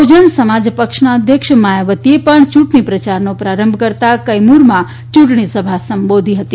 બહ્જન સમાજ પક્ષના અધ્યક્ષ માયાવતીએ પણ યૂંટણી પ્રચારનો પ્રારંભ કરતા કૈમૂરમાં યૂંટણી સભા સંબોધી હતી